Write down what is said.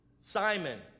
Simon